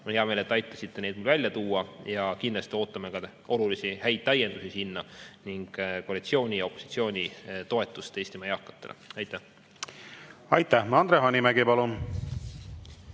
on hea meel, et te aitasite mul neid välja tuua. Kindlasti ootame ka olulisi ja häid täiendusi ning koalitsiooni ja opositsiooni toetust Eestimaa eakatele. Aitäh! Andre Hanimägi, palun!